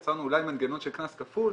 יצרנו אולי מנגנון של קנס כפול,